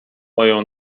moją